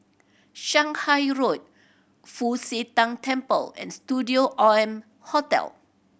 Shanghai Road Fu Xi Tang Temple and Studio M Hotel